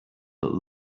that